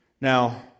Now